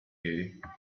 you